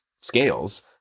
scales